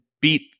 beat